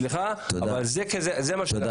סליחה, אבל זה מה שזה.